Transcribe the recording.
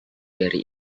dari